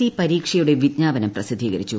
C പരീക്ഷ്യുടെ് വിജ്ഞാപനം പ്രസിദ്ധീകരിച്ചു